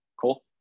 Cool